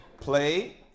play